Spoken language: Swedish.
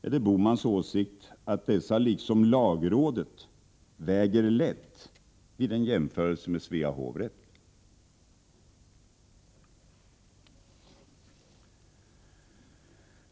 Är det Bohmans åsikt att dessa, liksom lagrådet, väger lätt vid en jämförelse med Svea hovrätt?